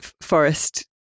forest